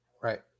Right